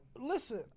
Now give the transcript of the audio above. Listen